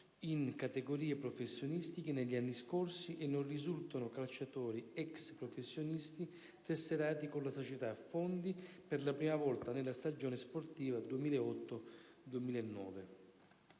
in categorie professionistiche negli anni scorsi, e non risultano calciatori ex professionisti tesserati con la società Fondi per la prima volta nella stagione sportiva 2008-2009.